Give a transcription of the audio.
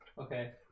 Okay